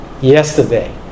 yesterday